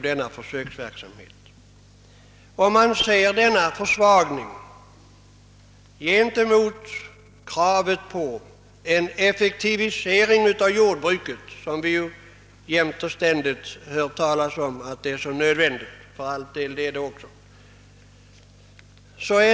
Denna försvagning skall ses mot bakgrunden av kravet på den effektivisering av jordbruket som vi ju jämt och ständigt får höra är så nödvändig, och det är den för all del också.